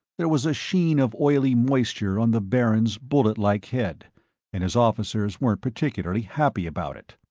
there was a sheen of oily moisture on the baron's bulletlike head and his officers weren't particularly happy about it.